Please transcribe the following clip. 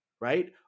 right